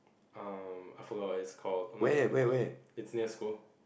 um I forgot what it's called I'm not gonna look it up it's near school